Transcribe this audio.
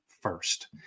first